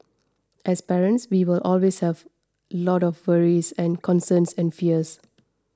as parents we will always have lot of worries and concerns and fears